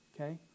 Okay